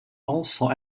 also